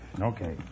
Okay